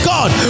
God